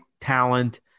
talent